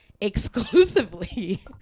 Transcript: exclusively